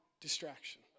distraction